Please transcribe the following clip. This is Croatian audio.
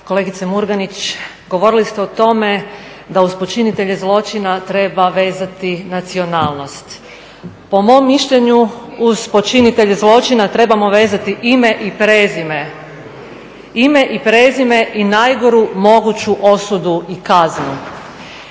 Kolegice Murganić, govorili ste o tome da uz počinitelje zločina treba vezati nacionalnost. Po mom mišljenju uz počinitelje zločina trebamo vezati ime i prezime i najgoru moguću osudu i kaznu,